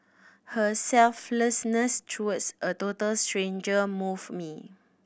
her selflessness towards a total stranger moved me